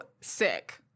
sick